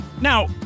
Now